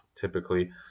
typically